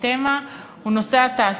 כתֶמָה הוא נושא התעסוקה: